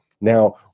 Now